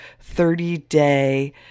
30-day